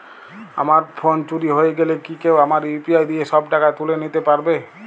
আমার ফোন চুরি হয়ে গেলে কি কেউ আমার ইউ.পি.আই দিয়ে সব টাকা তুলে নিতে পারবে?